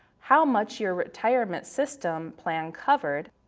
how much your retirement system plan covered,